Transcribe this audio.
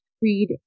creed